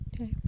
okay